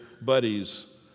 buddies